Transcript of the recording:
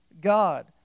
God